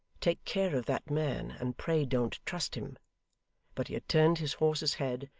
take care of that man, and pray don't trust him but he had turned his horse's head,